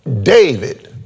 David